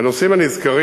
הנושאים הנזכרים